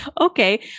okay